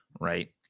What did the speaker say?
right